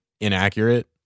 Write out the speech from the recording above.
inaccurate